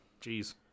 Jeez